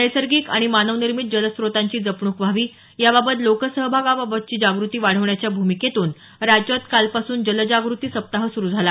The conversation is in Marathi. नैसर्गिक आणि मानवनिर्मित जलस्त्रोतांची जपणूक व्हावी याबाबत लोकसहभागाबाबतची जागृती वाढवण्याच्या भूमिकेतून राज्यात कालपासून जलजागृती सप्ताह सुरू झाला